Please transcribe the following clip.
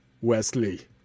Wesley